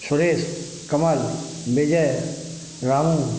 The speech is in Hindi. सुरेश कमल विजय रामू